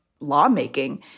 lawmaking